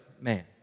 man